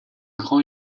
grand